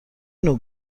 نوع